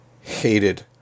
hated